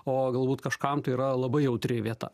o galbūt kažkam tai yra labai jautri vieta